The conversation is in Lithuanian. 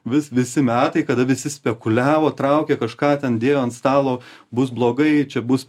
vis visi metai kada visi spekuliavo traukė kažką ten dėjo ant stalo bus blogai čia bus